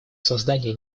создание